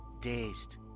dazed